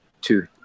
two